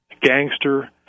gangster